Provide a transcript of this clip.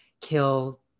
kill